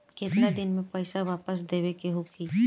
केतना दिन में पैसा वापस देवे के होखी?